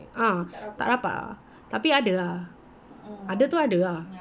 ah tak rapat ah tapi ada lah ada tu ada lah